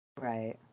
Right